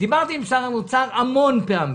דיברתי עם שר האוצר המון פעמים,